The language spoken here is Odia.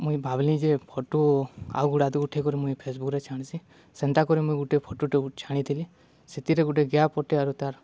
ମୁଇଁ ଭାବ୍ଲି ଯେ ଫଟୋ ଆଉ ଗୁଡ଼ାଦୁ ଉଠେଇ କରି ମୁଇଁ ଫେସ୍ବୁକ୍ରେ ଛାଡ଼୍ସି ସେନ୍ତା କରି ମୁଇଁ ଗୁଟେ ଫଟୋଟେ ଛାଡ଼ିଥିଲି ସେଥିରେ ଗୁଟେ ଗାଏ ପଟେ ଆରୁ ତା'ର୍